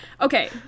Okay